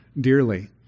dearly